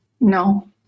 No